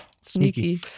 Sneaky